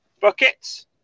buckets